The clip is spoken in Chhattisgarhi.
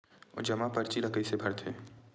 जमा परची ल कइसे भरथे?